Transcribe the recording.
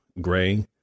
gray